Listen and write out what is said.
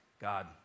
God